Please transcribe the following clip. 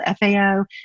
FAO